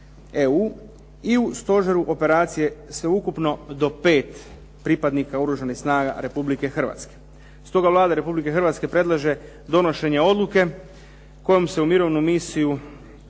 i u stožeru operacije sveukupno do 5 pripadnika Oružanih snaga RH. Stoga Vlada RH predlaže donošenje odluke kojom se u mirovnu misiju, odnosno